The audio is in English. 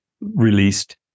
released